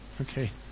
Okay